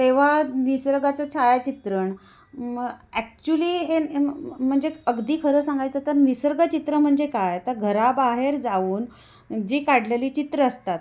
तेव्हा निसर्गाचं छायाचित्रण म ॲक्च्युली हे म्हणजे अगदी खरं सांगायचं तर निसर्ग चित्र म्हणजे काय तर घराबाहेर जाऊन जी काढलेली चित्रं असतात